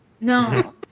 No